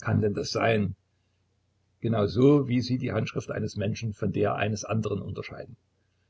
kann denn das sein genau so wie sie die handschrift eines menschen von der eines anderen unterscheiden